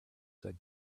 said